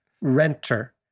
renter